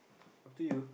up to you